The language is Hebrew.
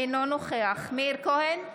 אינו נוכח מאיר כהן,